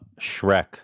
Shrek